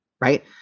right